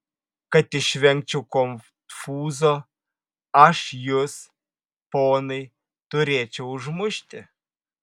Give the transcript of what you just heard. kad išvengčiau konfūzo aš jus ponai turėčiau užmušti